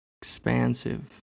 expansive